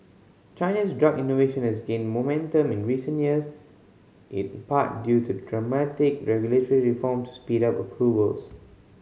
China's drug innovation has gained momentum in recent years in part due to dramatic regulatory reforms to speed up approvals